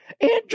Andrew